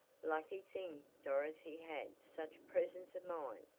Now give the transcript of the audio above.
lucky thing dorothy had such presence of mind,